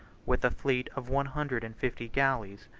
with a fleet of one hundred and fifty galleys,